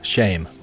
Shame